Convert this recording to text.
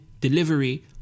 delivery